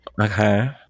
Okay